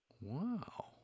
Wow